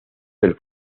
del